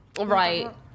Right